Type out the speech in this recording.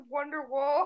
Wonderwall